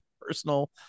personal